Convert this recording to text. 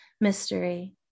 mystery